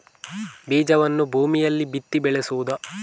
ಬೀಜವನ್ನು ಭೂಮಿಯಲ್ಲಿ ಬಿತ್ತಿ ಬೆಳೆಸುವುದಾ?